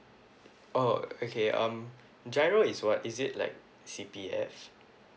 oh okay um G_I_R_O is what is it like C_P_F